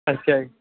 ਅੱਛਾ